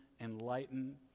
enlighten